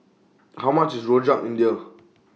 How much IS Rojak India